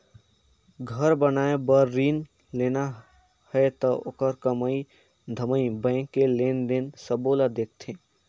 घर बनाए बर रिन लेना हे त ओखर कमई धमई बैंक के लेन देन सबो ल देखथें